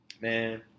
man